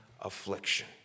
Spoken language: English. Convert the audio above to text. affliction